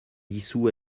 dissous